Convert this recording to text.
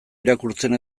irakurtzen